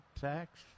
tax